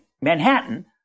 Manhattan